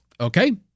Okay